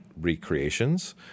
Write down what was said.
recreations